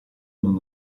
non